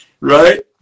right